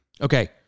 Okay